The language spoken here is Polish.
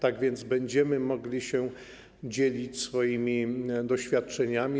Tak więc będziemy mogli się dzielić swoimi doświadczeniami.